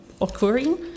occurring